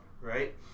right